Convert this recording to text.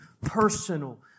personal